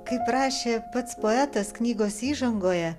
kaip rašė pats poetas knygos įžangoje